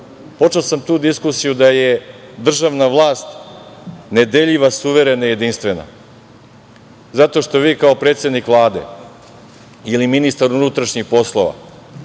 počeo sam diskusiju da je državna vlast nedeljiva, suverena, jedinstvena zato što vi, kao predsednik Vlade ili ministar unutrašnjih poslova,